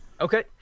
Okay